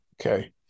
Okay